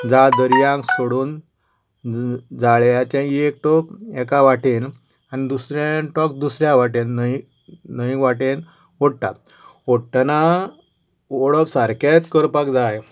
जाळ दर्यांत सोडून जाळयाचें एक तोंक एका वाटेन आनी दुसरें तोंक दुसऱ्या वाटेन न्हंये न्हंये वाटेन ओडटात ओडटना ओडप सारकेंच करपाक जाय